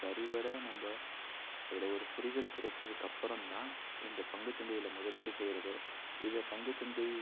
சரிவர நம்ப அதில் ஒரு புரிதல் கெடைச்சதுக்கு அப்புறம்தான் இந்த பங்குச்சந்தையில் முதலீடு செய்வதோ இதை பங்குச்சந்தை